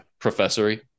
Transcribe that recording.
Professory